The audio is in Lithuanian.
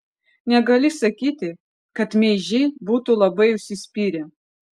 negali sakyti kad meižiai būtų labai užsispyrę